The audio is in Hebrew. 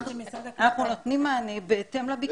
אנחנו נותנים מענה בהתאם לביקוש.